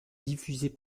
diffusés